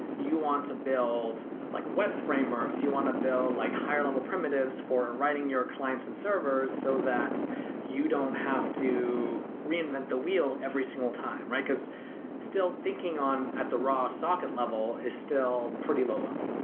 you want to build like web frameworks, you want to build like higher level primitives for writing your clients and servers so that you don't have to reinvent the wheel every single time, right? still, thinking on at the raw socket level is still pretty low level.